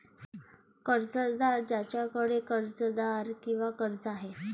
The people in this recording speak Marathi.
कर्जदार ज्याच्याकडे कर्जदार किंवा कर्ज आहे